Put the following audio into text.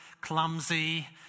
clumsy